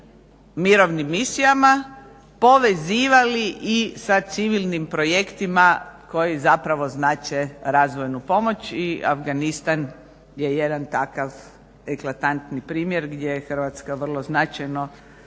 mirovnim misijama povezivali i sa civilnim projektima koji zapravo znače razvojnu pomoć i Avganistan je jedan takav eklatantni primjer gdje je Hrvatska vrlo značajno